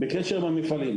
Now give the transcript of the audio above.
עם המפעלים.